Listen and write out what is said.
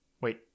Wait